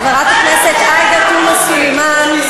חברת הכנסת עאידה תומא סלימאן.